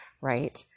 right